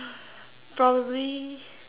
probably